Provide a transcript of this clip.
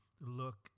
look